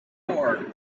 four